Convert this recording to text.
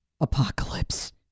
apocalypse